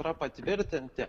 yra patvirtinti